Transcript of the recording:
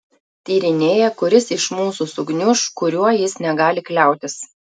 tyrinėja kuris iš mūsų sugniuš kuriuo jis negali kliautis